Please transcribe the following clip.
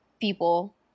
people